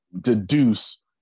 deduce